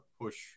push